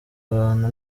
abantu